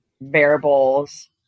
variables